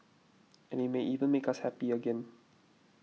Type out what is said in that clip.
and it may even make us happy again